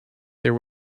there